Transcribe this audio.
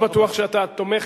לא בטוח שאתה תומך,